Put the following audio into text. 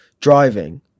driving